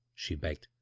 she begged.